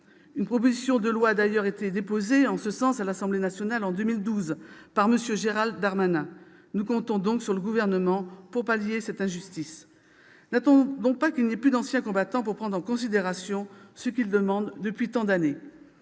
Une proposition de loi a d'ailleurs été déposée en ce sens à l'Assemblée nationale, en 2012, par ... M. Gérald Darmanin. Nous comptons donc sur le Gouvernement pour pallier cette injustice. N'attendons pas qu'il n'y ait plus d'anciens combattants pour prendre en considération ce qu'ils demandent depuis tant d'années